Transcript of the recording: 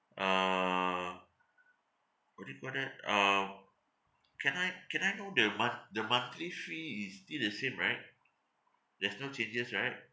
uh would it what that uh can I can I know the month the monthly fee is still the same right there's no changes right